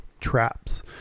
traps